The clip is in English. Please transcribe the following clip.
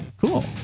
cool